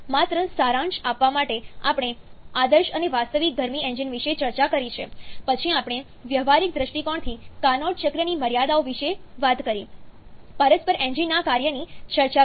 માત્ર સારાંશ આપવા માટે આપણે આદર્શ અને વાસ્તવિક ગરમી એન્જિન વિશે ચર્ચા કરી છે પછી આપણે વ્યવહારિક દૃષ્ટિકોણથી કાર્નોટ ચક્રની મર્યાદાઓ વિશે વાત કરી પરસ્પર એન્જિનના કાર્યની ચર્ચા કરી